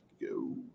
go